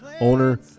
owner